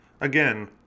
Again